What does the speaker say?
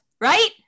right